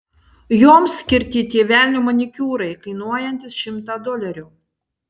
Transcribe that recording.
joms skirti tie velnio manikiūrai kainuojantys šimtą dolerių